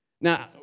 Now